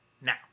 Now